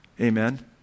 Amen